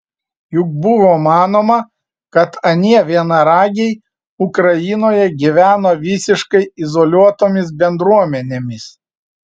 juk buvo manoma kad anie vienaragiai ukrainoje gyveno visiškai izoliuotomis bendruomenėmis